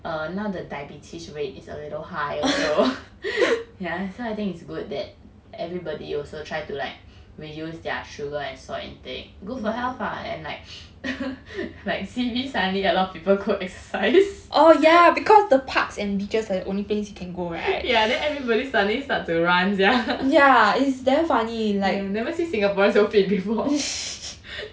err now the diabetes rate is a little high also yeah so I think it's good that everybody also try to like reduce their sugar and salt intake good for health lah and like like C_B suddenly got a lot of people go exercise yeah then everybody suddenly start to run sia never see singaporeans so fit before